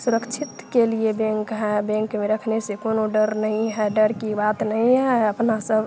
सुरक्षित के लिए बैंक है बैंक में रखने से कोई डर नहीं है डर की बात नहीं है अपना सब